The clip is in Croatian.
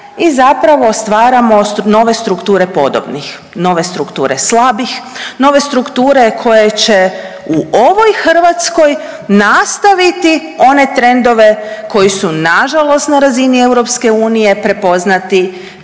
i zapravo stvaramo nove strukture podobnih, nove strukture slabih, nove strukture koje će u ovoj Hrvatskoj nastaviti one trendove koji su na žalost na razini EU prepoznati